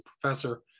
professor